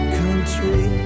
country